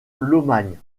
lomagne